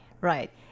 Right